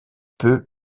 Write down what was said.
peu